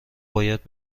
باید